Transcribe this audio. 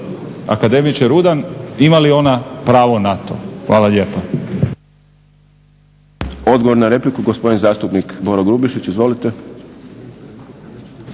Akademiče Rudan ima li ona pravo na to? Hvala lijepo.